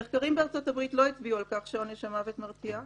מחקרים בארצות-הברית לא הצביעו על כך שעונש המוות מרתיע,